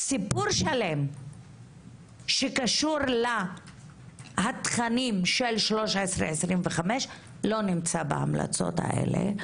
סיפור שלם שקשור לתכנים של 1325 לא נמצא בהמלצות האלה,